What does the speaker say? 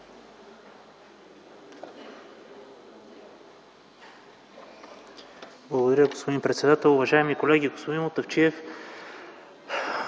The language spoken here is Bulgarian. Благодаря, господин председател. Уважаеми колеги! Господин Мутафчиев,